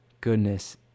goodness